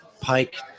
Pike